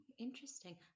Interesting